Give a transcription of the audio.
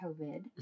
COVID